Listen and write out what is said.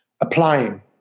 applying